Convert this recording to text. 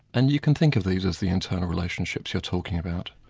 and you can think of these as the internal relationships you're talking about.